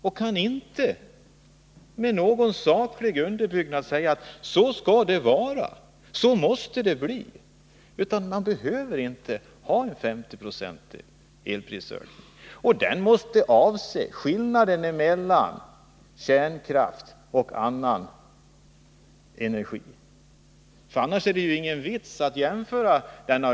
Han kan inte med någon saklig underbyggnad säga att det måste bli så. Det behöver inte bli en 50 procentig elprisökning. Jämförelsen måste gälla skillnaden mellan kärnkraft och annan energi. Annars blir det ju ingen vits med jämförelsen.